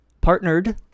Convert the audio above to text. partnered